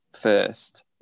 first